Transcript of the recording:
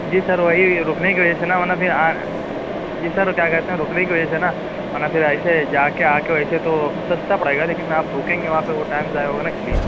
جی sir وہی رکنے کی وجہ سے نا ورنہ پھر جی سر کیا کہتے ہیں رکنے کی وجہ سے نا ورنہ پھر ایسے جا کے آ کے ویسے تو سستا پڑے گا لیکن آپ رکیں گے وہاں پہ وہ ٹائم ضائع ہوگا نا اس لیے